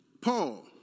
Paul